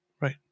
Right